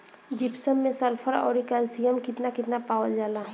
Gypsum मैं sulphur औरी calcium कितना कितना पावल जाला?